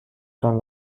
تان